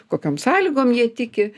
kokiom sąlygom jie tiki